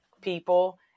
people